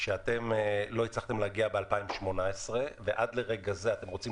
שאתם לא הצלחתם להגיע ב-2018 ועד לרגע זה אתם רוצים